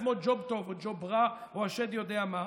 שהיה בעצמו ג'וב טוב או ג'וב רע או השד יודע מה.